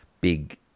big